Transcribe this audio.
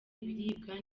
ibiribwa